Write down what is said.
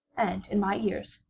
and, in my ears,